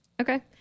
Okay